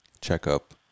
checkup